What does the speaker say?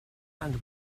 and